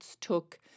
took